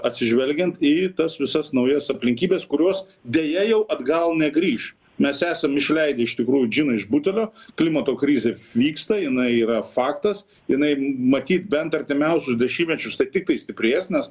atsižvelgiant į tas visas naujas aplinkybes kurios deja jau atgal negrįš mes esam išleidę iš tikrųjų džiną iš butelio klimato krizė vyksta jinai yra faktas jinai matyt bent artimiausius dešimtmečius tai tiktai stiprės nes